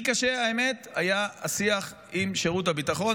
הכי קשה היה השיח עם שירות הביטחון,